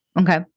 Okay